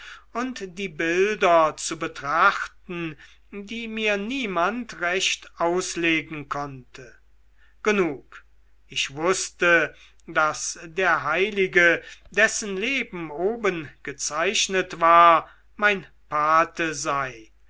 und die bilder zu betrachten die mir niemand recht auslegen konnte genug ich wußte daß der heilige dessen leben oben gezeichnet war mein pate sei